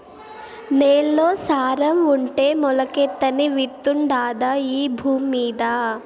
నేల్లో సారం ఉంటే మొలకెత్తని విత్తుండాదా ఈ భూమ్మీద